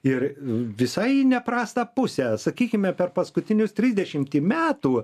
ir visai į neprastą pusę sakykime per paskutinius trisdešimtį metų